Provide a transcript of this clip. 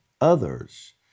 others